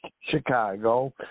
Chicago